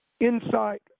insight